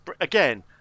again